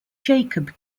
jacob